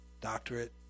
doctorate